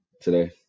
today